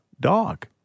dog